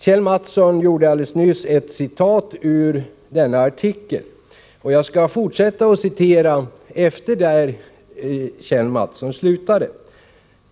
Kjell Mattsson citerade alldeles nyss ur denna artikel. Jag skall fortsätta att citera den artikeln där Kjell Mattsson slutade.